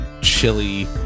chili